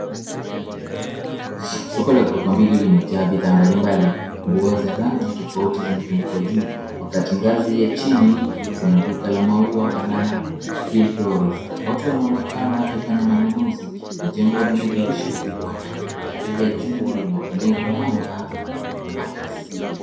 Soko la ghorofa mbili limejaa bidhaa mbalimbali. Nguo za rangi tofauti zimetundikwa juu wakati ngazi ya chini kuna duka la maua banana hill fluorist . Watu wanaonekana wakifanya manunuzi na jengo lina dirisha kubwa na dari ya juu linalopenyesha mwanga wa asili.